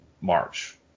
March